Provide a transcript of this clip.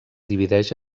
divideix